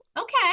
Okay